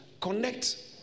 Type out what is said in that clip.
connect